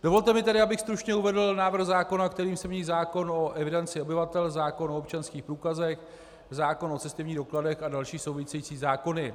Dovolte mi tedy, abych stručně uvedl návrh zákona, kterým se mění zákon o evidenci obyvatel, zákon o občanských průkazech, zákon o cestovních dokladech a další související zákony.